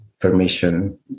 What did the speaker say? Permission